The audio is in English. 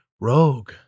rogue